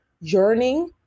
yearning